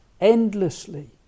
Endlessly